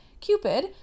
Cupid